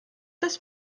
des